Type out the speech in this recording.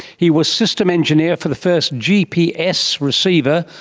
he was system engineer for the first gps receiver,